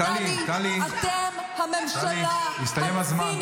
תודה רבה.